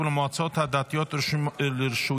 חברים, אדוני היושב בראש, חבריי